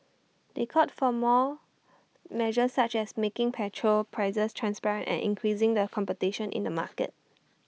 they called for more measures such as making petrol prices transparent and increasing the competition in the market